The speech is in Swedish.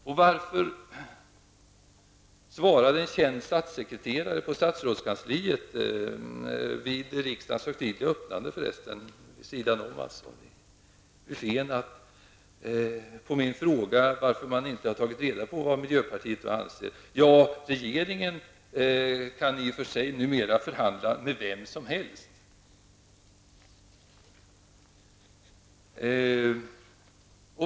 Och varför svarade en känd statssekreterare i statsrådskansliet, föresten vid byffén i samband med riksdagens högtidliga öppnande, på min fråga varför man inte har tagit reda på vad miljöpartiet anser: Regeringen kan i och för sig numera förhandla med vem som helst.